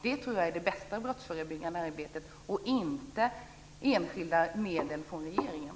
Det tror jag är det bästa brottsförebyggande arbetet - inte enskilda medel från regeringen.